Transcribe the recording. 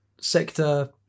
sector